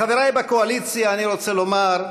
לחבריי בקואליציה אני רוצה לומר: